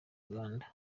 uganda